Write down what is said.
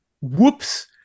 Whoops